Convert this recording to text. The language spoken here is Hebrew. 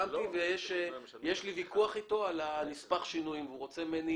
ויש לי ויכוח איתו על נספח השינויים שעליו הוא רוצה ממני